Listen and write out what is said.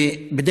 קשה.